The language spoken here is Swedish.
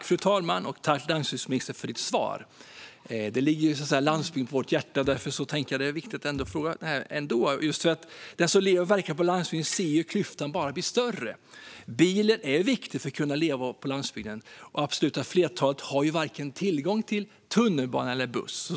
Fru talman! Tack, landsbygdsministern, för svaret! Landsbygden ligger så att säga i vårt hjärta, och därför tycker jag att det är viktigt att fråga om detta. Den som lever och verkar på landsbygden ser ju hur klyftan bara blir större. Bilen är viktig för att kunna leva på landsbygden, och det absoluta flertalet har inte tillgång till vare sig tunnelbana eller buss.